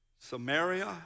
Samaria